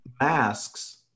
masks